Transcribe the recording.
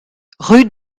rue